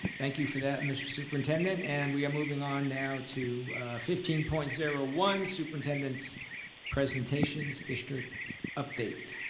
thank you for that mr. superintendent. and we are moving on now to fifteen point zero one, superintendent's presentation, district update.